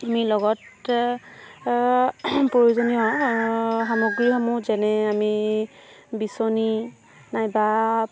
আমি লগত প্ৰয়োজনীয় সামগ্ৰীসমূহ যেনে আমি বিচনী নাইবা